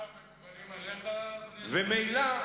דבריו מקובלים עליך, חבר הכנסת ארדן?